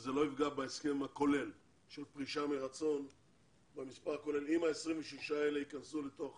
שזה לא יפגע בהסכם הכולל של פרישה מרצון אם ה-26 אלה ייכנסו לתוך